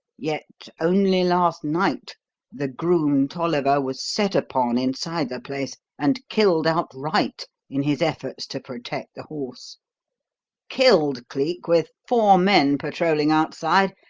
yet only last night the groom, tolliver, was set upon inside the place and killed outright in his efforts to protect the horse killed, cleek, with four men patrolling outside,